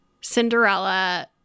Cinderella